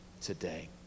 today